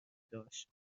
داشت